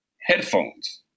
headphones